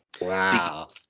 wow